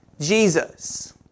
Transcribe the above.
Jesus